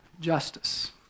justice